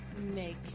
make